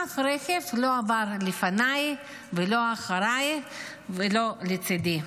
אף רכב לא עבר לפניי ולא אחריי ולא לצידי.